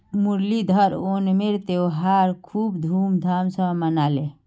मुरलीधर ओणमेर त्योहार खूब धूमधाम स मनाले